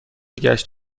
گشت